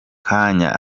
kanya